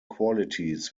qualities